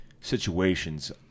situations